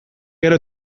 gero